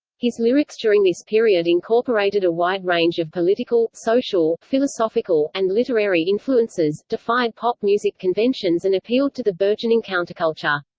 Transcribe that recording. his lyrics during this period incorporated a wide range of political, social, philosophical, and literary influences, defied pop-music conventions and appealed to the burgeoning counterculture.